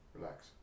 Relax